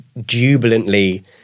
jubilantly